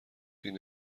این